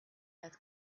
that